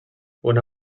una